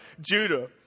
Judah